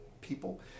people